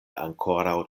ankoraŭ